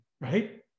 right